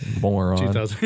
Moron